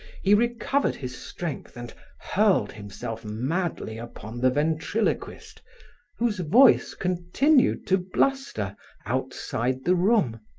he recovered his strength and hurled himself madly upon the ventriloquist whose voice continued to bluster outside the room.